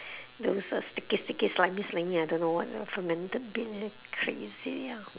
those uh sticky sticky slimy slimy I don't know what uh fermented bean crazy ah